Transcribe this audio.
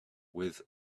with